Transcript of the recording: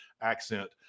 accent